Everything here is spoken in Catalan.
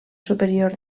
superior